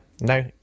No